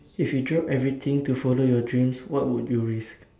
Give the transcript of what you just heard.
if you drop everything to follow your dreams what would you risk